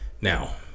Now